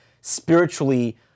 spiritually